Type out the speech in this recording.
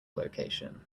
location